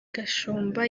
gashumba